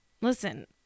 Listen